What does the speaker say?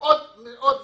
עוד נתון.